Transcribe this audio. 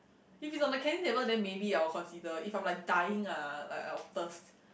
if it's on the canteen table then maybe I will consider if I'm like dying ah like of thirst